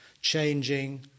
changing